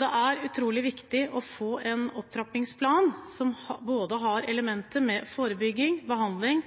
Det er utrolig viktig å få en opptrappingsplan som har elementer med forebygging, behandling